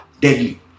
deadly